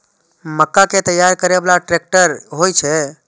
मक्का कै तैयार करै बाला ट्रेक्टर होय छै?